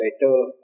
better